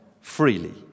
freely